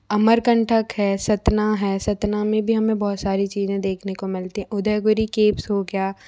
अमरकंटक है सतना है सतना में भी हमें बहुत सारी चीज़ें देखने को मिलती हैं उदयबरी केप्स हो गया